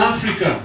Africa